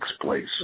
place